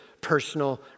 personal